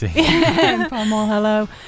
hello